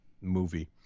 movie